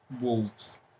Wolves